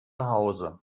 hause